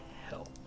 help